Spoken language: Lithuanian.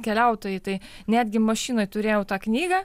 keliautojai tai netgi mašinoj turėjau tą knygą